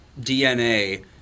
DNA